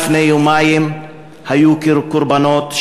לפני יומיים היו קורבנות,